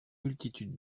multitude